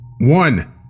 One